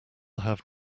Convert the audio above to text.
have